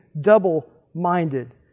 double-minded